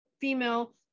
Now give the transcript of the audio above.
female